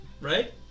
Right